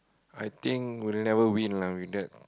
I think we'll never win ah with that